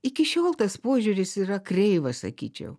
iki šiol tas požiūris yra kreivas sakyčiau